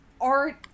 art